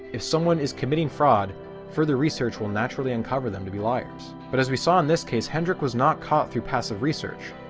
if someone is committing fraud further research will naturally uncover them to be liars. but as we saw in this case hendrik was not caught through passive research,